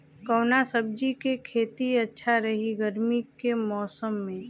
कवना सब्जी के खेती अच्छा रही गर्मी के मौसम में?